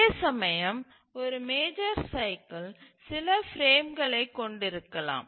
அதேசமயம் ஒரு major cycle சில பிரேம்களைக் கொண்டிருக்கலாம்